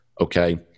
okay